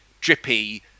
drippy